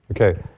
Okay